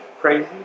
crazy